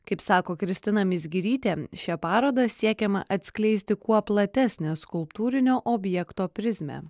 kaip sako kristina mizgirytė šia paroda siekiama atskleisti kuo platesnę skulptūrinio objekto prizmę